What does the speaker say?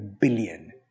billion